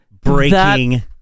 breaking